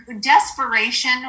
desperation